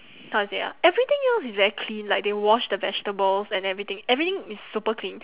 how to say ah everything else is very clean like they wash the vegetables and everything everything is super clean